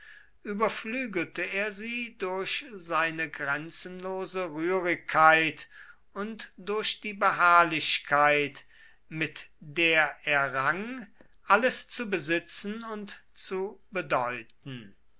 überflügelte er sie durch seine grenzenlose rührigkeit und durch die beharrlichkeit mit der er rang alles zu besitzen und zu bedeuten